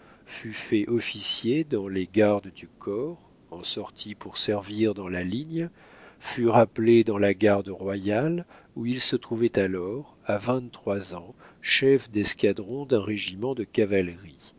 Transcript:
fut fait officier dans les gardes du corps en sortit pour servir dans la ligne fut rappelé dans la garde royale où il se trouvait alors à vingt-trois ans chef d'escadron d'un régiment de cavalerie